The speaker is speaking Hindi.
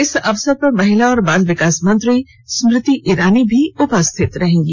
इस अवसर पर महिला और बाल विकास मंत्री स्मृति ईरानी भी उपस्थित रहेंगी